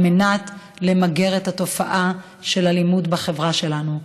על מנת למגר את התופעה של אלימות בחברה שלנו.